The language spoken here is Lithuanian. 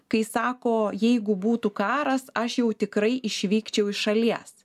kai sako jeigu būtų karas aš jau tikrai išvykčiau iš šalies